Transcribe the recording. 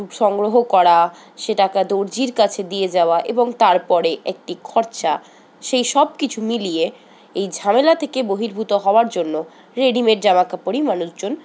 সংগ্রহ করা সেটাকে দর্জির কাছে দিয়ে যাওয়া এবং তারপরে একটি খরচা সেই সব কিছু মিলিয়ে এই ঝামেলা থেকে বহির্ভূত হওয়ার জন্য রেডিমেড জামাকাপড়ই মানুষজন